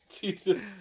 Jesus